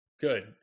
Good